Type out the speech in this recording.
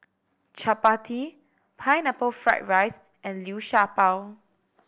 Chappati Pineapple Fried Rice and Liu Sha Bao